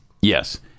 Yes